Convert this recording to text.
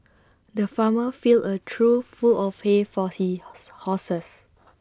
the farmer filled A trough full of hay for she horse horses